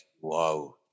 wow